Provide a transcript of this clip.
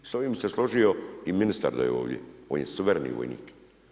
S ovim bi se složio i ministar da je ovdje, on je suvremeni vojnik.